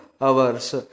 hours